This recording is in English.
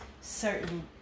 certain